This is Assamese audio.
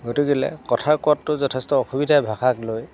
গতিকেলৈ কথা কোৱাততো যথেষ্ট অসুবিধা ভাষাক লৈ